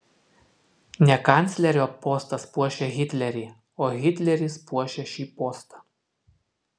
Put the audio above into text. ne kanclerio postas puošia hitlerį o hitleris puošia šį postą